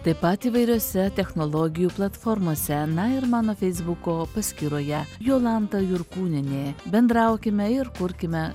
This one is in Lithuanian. taip pat įvairiose technologijų platformose na ir mano feisbuko paskyroje jolanta jurkūnienė bendraukime ir kurkime